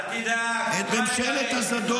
אין דבר כזה, צוררים.